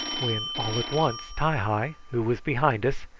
when all at once ti-hi, who was behind us,